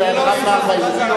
הוא מדבר על המשט כרגע.